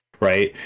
right